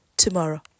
tomorrow